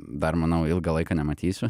dar manau ilgą laiką nematysiu